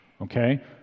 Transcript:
Okay